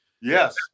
Yes